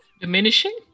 Diminishing